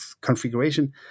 configuration